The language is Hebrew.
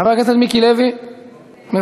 חבר הכנסת מיקי לוי, מוותר.